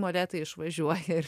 molėtai išvažiuoja ir